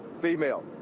female